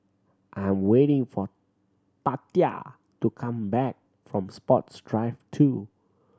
I'm waiting for Tatia to come back from Sports Drive Two